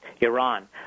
Iran